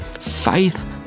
Faith